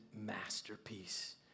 masterpiece